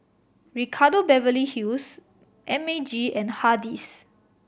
Ricardo Beverly Hills M A G and Hardy's